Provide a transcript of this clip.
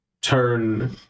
turn